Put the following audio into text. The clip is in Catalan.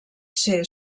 ser